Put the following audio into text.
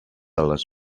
les